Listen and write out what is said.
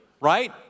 right